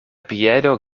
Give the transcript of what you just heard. piedo